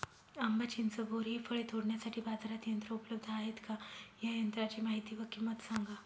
आंबा, चिंच, बोर हि फळे तोडण्यासाठी बाजारात यंत्र उपलब्ध आहेत का? या यंत्रांची माहिती व किंमत सांगा?